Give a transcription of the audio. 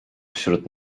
wśród